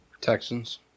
Texans